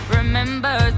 remember